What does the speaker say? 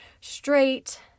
straight